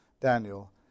Daniel